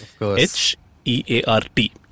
H-E-A-R-T